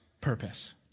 purpose